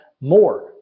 more